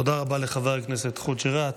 תודה רבה לחבר הכנסת חוג'יראת.